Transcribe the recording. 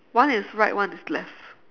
one is right one is left